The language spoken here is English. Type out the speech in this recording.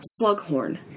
Slughorn